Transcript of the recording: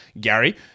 Gary